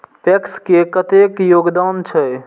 PACS के कतेक योगदान छै?